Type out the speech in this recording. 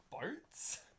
boats